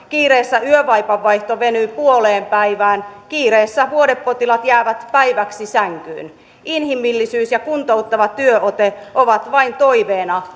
kiireessä yövaipan vaihto venyy puoleenpäivään kiireessä vuodepotilaat jäävät päiväksi sänkyyn inhimillisyys ja kuntouttava työote ovat vain toiveena